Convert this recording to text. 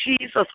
Jesus